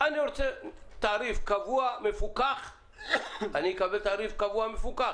רוצה תעריף קבוע ומפוקח - אקבל תעריף קבוע ומפוקח.